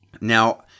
now